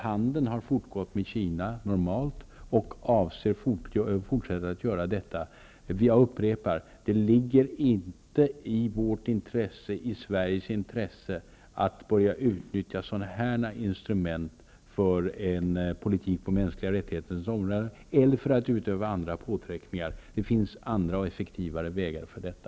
Handeln har fortgått normalt med Kina, och man avser att fortsätta med detta. Jag upprepar: Det ligger inte i Sveriges intresse att börja utnyttja sådana in strument för en politik på de mänskliga rättigheternas område eller att utöva andra påtryckningar. Det finns andra och effektivare vägar för detta.